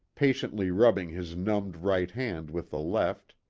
patiently rubbing his numbed right hand with the left,